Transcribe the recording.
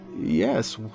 Yes